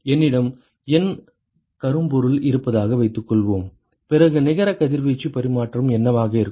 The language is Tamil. என்னிடம் N கரும்பொருள் இருப்பதாக வைத்துக் கொள்வோம் பிறகு நிகர கதிர்வீச்சு பரிமாற்றம் என்னவாக இருக்கும்